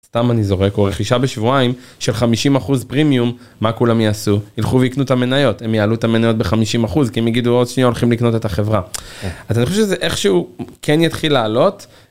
סתם אני זורק ורכישה בשבועיים של 50% פרימיום מה כולם יעשו ילכו ויקנו את המניות הם יעלו את המניות בחמישים אחוז כי הם יגידו עוד שנייה הולכים לקנות את החברה אז אני חושב שזה איך שהוא כן יתחיל לעלות.